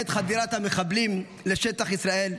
בעת חדירת המחבלים לשטח ישראל,